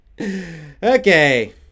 Okay